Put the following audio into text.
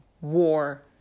war